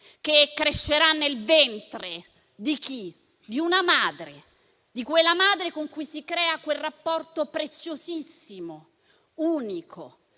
che crescerà nel ventre, ma di chi? Di una madre, la madre con cui si crea quel rapporto preziosissimo, unico,